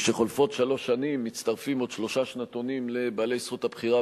משחולפות שלוש שנים מצטרפים עוד שלושה שנתונים לבעלי זכות הבחירה,